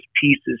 pieces